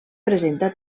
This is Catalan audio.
presenta